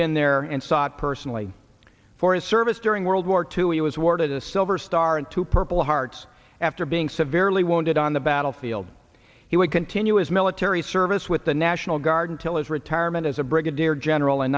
been there and saw personally for his service during world war two he was awarded a silver star and two purple hearts after being severely wounded on the battlefield he would continue his military service with the national guard until his retirement as a brigadier general in